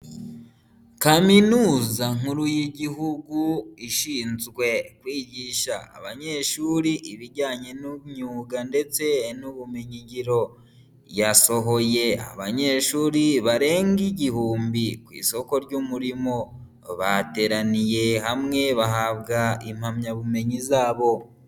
Kaminuza nkuru y'Igihugu ishinzwe kwigisha abanyeshuri ibijyanye n'imyuga ndetse n'ubumenyingiro, yasohoye abanyeshuri barenga igihumbi ku isoko ry'umurimo, bateraniye hamwe bahabwa impamyabumenyi zabo.